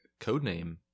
codename